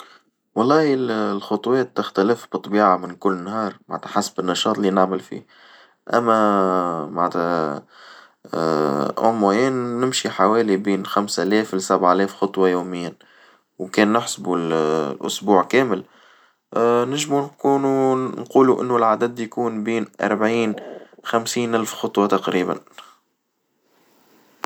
والله الخطوات تختلف بطبيعة من كل نهار معنتها حسب النشاط اللي نعمل فيه، أما معناتها يوميًا نمشي حوالي بين خمس آلاف لسبع آلاف خطوة يوميًا وكان نحسبو الأسبوع كامل نجمو نكونو نقولو إنو العدد بين أربعين خمسين ألف خطوة تقريبًا.